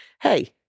hey